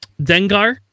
Dengar